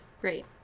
Great